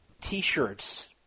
t-shirts